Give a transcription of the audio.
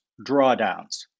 drawdowns